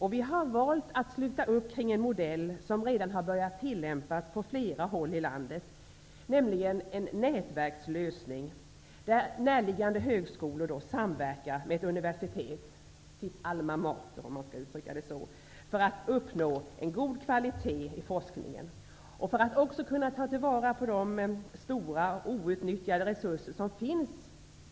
Nu har vi valt att sluta upp kring en modell som redan har börjat att tillämpas på flera håll i landet, nämligen en nätverkslösning, där närliggande högskolor samverkar med ett universitet, sitt alma mater, för att de skall uppnå en god kvalitet i forskningen och också för att kunna ta till vara de stora outnyttjade resurser som finns